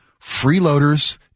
freeloaders